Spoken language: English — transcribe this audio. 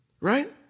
Right